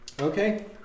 Okay